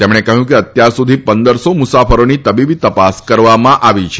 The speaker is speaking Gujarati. તેમણે કહયું કે અત્યાર સુધી પંદર સો મુસાફરોની તબીબી તપાસ કરવામાં આવી છે